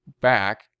back